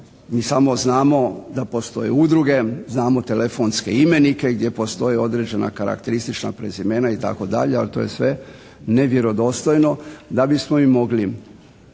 mi samo znamo da postoje udruge, znamo telefonske imenike gdje postoji određena karakteristična prezimena itd. ali to je sve nevjerodostojno da bismo im mogli